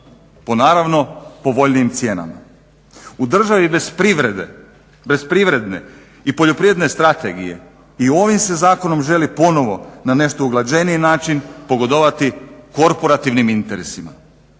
po naravno povoljnijim cijenama. U državi bez privredne i poljoprivredne strategije i ovim se zakonom želi ponovno na nešto uglađeniji zakon pogodovati korporativnim interesima.